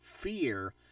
fear